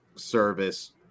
service